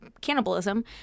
cannibalism